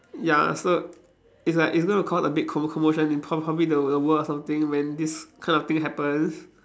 ya so it's like it's going to cause a big commo~ commotion in prob~ probably the the world or something when this kind of thing happens